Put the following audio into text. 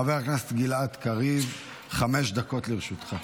חבר הכנסת גלעד קריב, חמש דקות לרשותך.